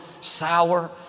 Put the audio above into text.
sour